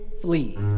flee